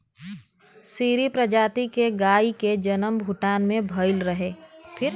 सीरी प्रजाति के गाई के जनम भूटान में भइल रहे